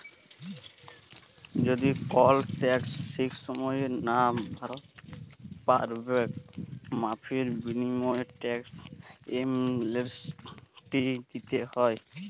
যদি কল টেকস ঠিক সময়ে লা ভ্যরতে প্যারবেক মাফীর বিলীময়ে টেকস এমলেসটি দ্যিতে হ্যয়